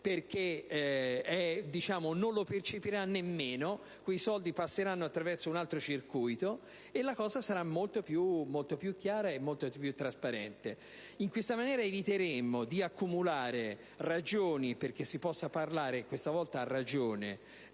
perché non lo percepirà nemmeno. Quei soldi passeranno, infatti, attraverso un altro circuito, e la situazione sarà molto più chiara e trasparente. In questa maniera eviteremmo di accumulare ragioni perché si possa parlare - e questa volta a ragione